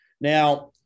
Now